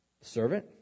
Servant